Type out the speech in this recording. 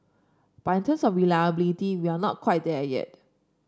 but in terms of reliability we are not quite there yet